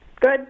good